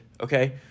okay